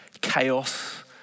chaos